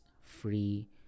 free